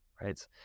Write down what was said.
right